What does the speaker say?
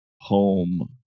home